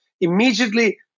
Immediately